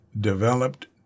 developed